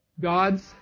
God's